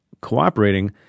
cooperating